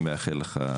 אני מאחל לך,